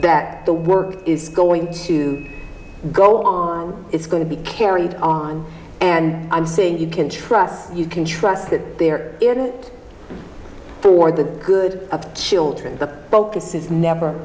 that the work is going to go on it's going to be carried on and i'm saying you can trust you can trust that they're in it for the good of the children the focus is never